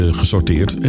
gesorteerd